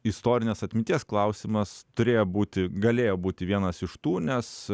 istorinės atminties klausimas turėjo būti galėjo būti vienas iš tų nes